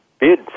bid